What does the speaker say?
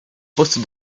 poste